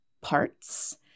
parts